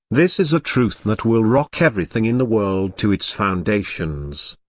this is a truth that will rock everything in the world to its foundations.